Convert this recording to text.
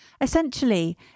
Essentially